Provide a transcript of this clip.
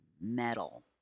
metal